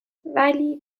ولی